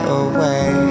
away